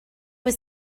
was